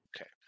Okay